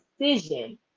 decision